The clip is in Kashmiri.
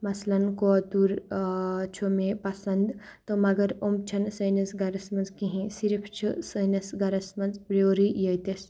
مثلاً کوتُر چھُ مےٚ پَسنٛد تہٕ مگر یِم چھِنہٕ سٲنِس گَرَس منٛز کِہیٖنۍ صرف چھِ سٲنِس گَرَس منٛز برورٕے ییٚتِس